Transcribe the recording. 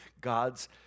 God's